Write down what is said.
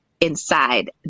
inside